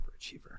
overachiever